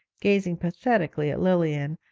gazing pathetically at lilian,